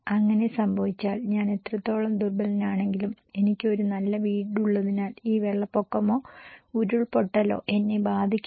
അങ്ങനെ സംഭവിച്ചാൽ ഞാൻ എത്രത്തോളം ദുർബലനാണെങ്കിലും എനിക്ക് ഒരു നല്ല വീടുള്ളതിനാൽ ഈ വെള്ളപ്പൊക്കമോ ഉരുൾപൊട്ടലോ എന്നെ ബാധിക്കില്ല